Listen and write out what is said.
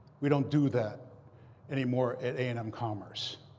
we don't do that anymore at a and m commerce.